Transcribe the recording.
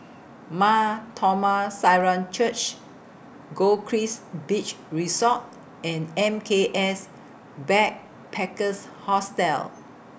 Mar Thoma Syrian Church Goldkist Beach Resort and M K S Backpackers Hostel